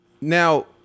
Now